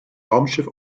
raumschiff